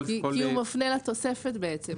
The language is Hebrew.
כי הוא מפנה לתוספת בעצם,